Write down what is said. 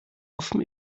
offen